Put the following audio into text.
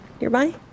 nearby